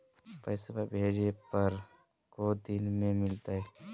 पैसवा भेजे पर को दिन मे मिलतय?